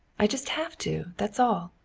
i just have to, that's all!